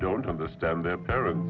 don't understand their parents